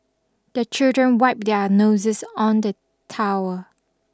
the children wipe their noses on the towel